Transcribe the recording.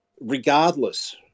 regardless